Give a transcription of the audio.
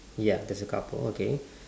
ya there's a couple okay